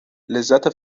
لذت